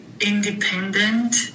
independent